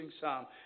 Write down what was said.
psalm